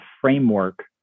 framework